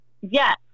Yes